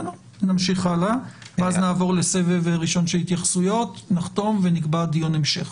נמשיך הלאה ואז נעבור לסבב ראשון של התייחסויות נחתום ונקבע דיון המשך.